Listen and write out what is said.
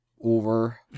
over